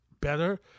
better